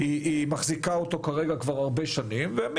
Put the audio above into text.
החברה מחזיקה בזיכיון הרבה שנים ואני